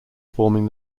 forming